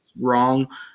wrong